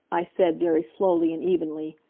i said, very slowly and evenly,